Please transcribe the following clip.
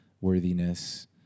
worthiness